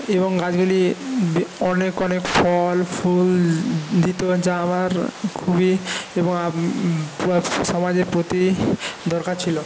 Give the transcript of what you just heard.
এবং গাছগুলি অনেক অনেক ফল ফুল দিত যা আমার খুবই এবং সমাজের প্রতি দরকার ছিল